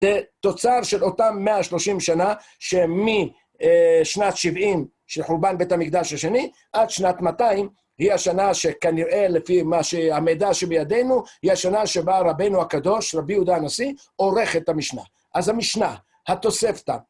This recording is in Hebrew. תוצר של אותם 130 שנה שמשנת 70, של חורבן בית המקדש השני, עד שנת 200 היא השנה שכנראה, לפי המידע שבידינו, היא השנה שבה רבנו הקדוש, רבי יהודה הנשיא, עורך את המשנה. אז המשנה, התוספתא,